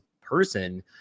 person